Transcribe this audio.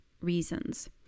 reasons